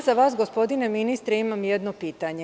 Za vas, gospodine ministre, imam jedno pitanje.